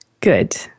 Good